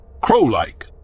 crow-like